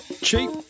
Cheap